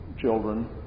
children